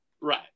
Right